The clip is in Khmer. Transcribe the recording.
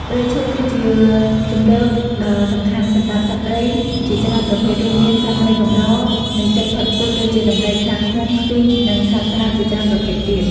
ព្រៃឈើគឺជាជម្រកដ៏សំខាន់សម្រាប់សត្វព្រៃជាច្រើនប្រភេទ រួមមាន សត្វព្រៃកម្រ និងជិតផុតពូជដូចជា ដំរី ខ្លាឃ្មុំ ខ្ទីង និងសត្វស្លាបជាច្រើនប្រភេទទៀត។